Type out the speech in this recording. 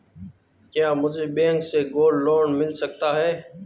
क्या मुझे बैंक से गोल्ड लोंन मिल सकता है?